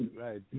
right